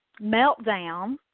meltdown